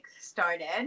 started